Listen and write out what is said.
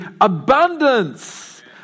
abundance